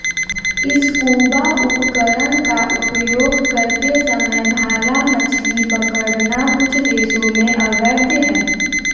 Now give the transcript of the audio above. scuba उपकरण का उपयोग करते समय भाला मछली पकड़ना कुछ देशों में अवैध है